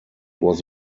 was